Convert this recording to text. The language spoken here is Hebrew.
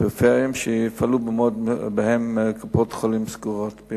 האם המגמה היא